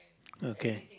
okay